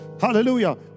hallelujah